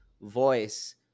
voice